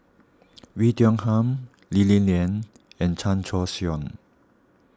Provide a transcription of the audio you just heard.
Oei Tiong Ham Lee Li Lian and Chan Choy Siong